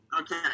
Okay